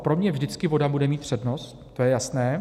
Pro mě vždycky voda bude mít přednost, to je jasné.